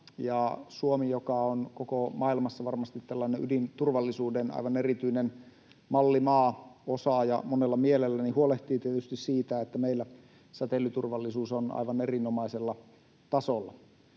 Suomi, joka on varmasti koko maailmassa tällainen ydinturvallisuuden aivan erityinen mallimaa, osaaja monella mielellä, huolehtii tietysti siitä, että meillä säteilyturvallisuus on aivan erinomaisella tasolla,